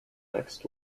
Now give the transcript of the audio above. next